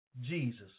Jesus